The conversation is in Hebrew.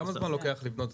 כמה זמן לוקח לבנות?